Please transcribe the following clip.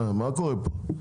מה, מה קורה פה?